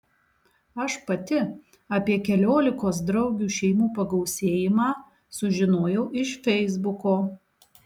aš pati apie keliolikos draugių šeimų pagausėjimą sužinojau iš feisbuko